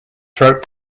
throat